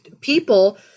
people